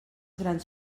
grans